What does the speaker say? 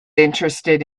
interested